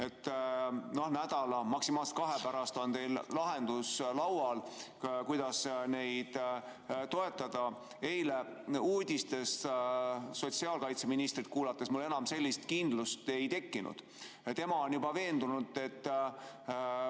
et nädala, maksimaalselt kahe pärast on teil lahendus laual, kuidas neid toetada. Eile uudistes sotsiaalkaitseministrit kuulates mul enam sellist kindlust ei tekkinud. Tema on veendunud, et